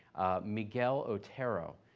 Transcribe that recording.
miguel otero.